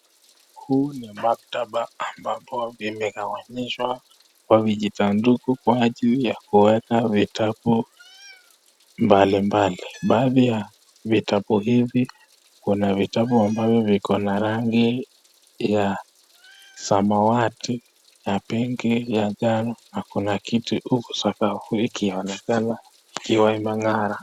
Huu ni makataba ambapo imegawanishwa kwa visanduku kwa ajili ya kuweka vitabu mbalimbali. Baadhi ya vitabu hivi kuna vitabu viko na rangi ya samawati, ya pinki, ya njano na kuna kitu huko sakafu ikionekana ikiwa imeng'ara.